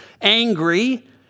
Angry